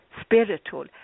spiritual